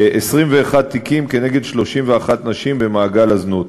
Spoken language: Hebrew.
21 תיקים כנגד 31 נשים במעגל הזנות.